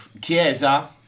Chiesa